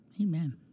Amen